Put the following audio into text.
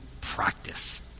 practice